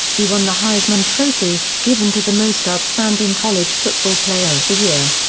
he won the heisman trophy, given to the most outstanding college football player of the year.